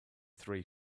three